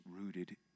rooted